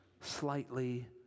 slightly